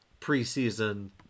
preseason